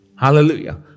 Hallelujah